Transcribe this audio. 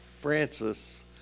Francis